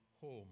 home